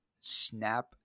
snap